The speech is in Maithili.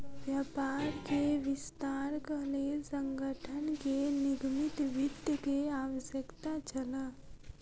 व्यापार के विस्तारक लेल संगठन के निगमित वित्त के आवश्यकता छल